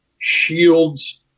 Shields